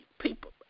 People